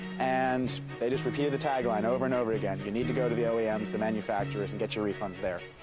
and they just repeated the tag line over and over again. you need to go to the oems and manufacturers and get your refunds there.